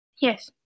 Yes